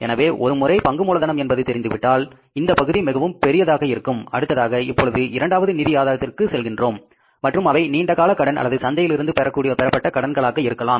எனவே ஒருமுறை பங்கு மூலதனம் என்பது தெரிந்து விட்டால் இந்தப் பகுதி மிகவும் பெரியதாக இருக்கும் அடுத்ததாக இப்பொழுது இரண்டாவது நிதி ஆதாரத்திற்கு செல்கின்றோம் மற்றும் அவை நீண்டகால கடன் அல்லது சந்தையில் இருந்து பெறப்பட்ட கடன்களாக இருக்கலாம்